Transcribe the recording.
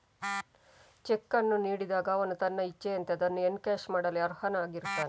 check ಅನ್ನು ನೀಡಿದಾಗ ಅವನು ತನ್ನ ಇಚ್ಛೆಯಂತೆ ಅದನ್ನು ಎನ್ಕ್ಯಾಶ್ ಮಾಡಲು ಅರ್ಹನಾಗಿರುತ್ತಾನೆ